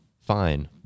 Fine